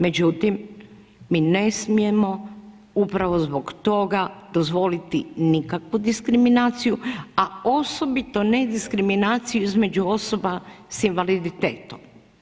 Međutim, mi ne smijemo upravo zbog toga dozvoliti nikakvu diskriminaciju a osobito ne diskriminaciju između osoba sa invaliditetom.